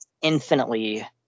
infinitely